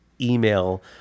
email